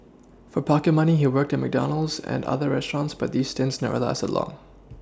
for pocket money he worked at McDonald's and other restaurants but these stints never lasted long